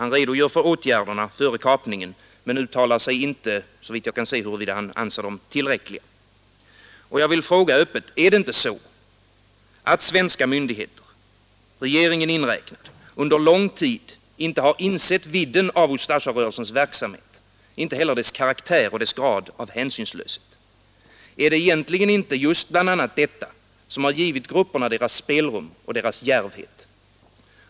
Han redogör för åtgärderna före kapningen men uttalar sig inte såvitt jag kan se om huruvida han anser dem tillräckliga. Jag vill fråga öppet: Är det inte så att svenska myndigheter, regeringen inräknad, under lång tid inte har insett vidden av Ustasjarörelsens verksamhet och inte heller dess karaktär och dess grad av hänsynslöshet? Är det inte egentligen just bl.a. detta som har givit grupperna deras spelrum och djärvhet?